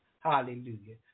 Hallelujah